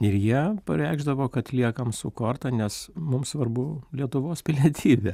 ir jie pareikšdavo kad liekam su korta nes mum svarbu lietuvos pilietybė